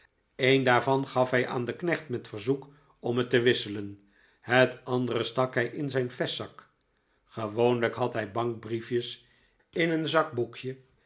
een daarvan gaf hij aan den knecht met verzoek om het te wisselen het andere stak hij in zijn vestzak gewoonlijk had hij bankbriefjes in een zakboekje